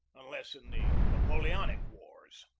unless in the napoleonic wars.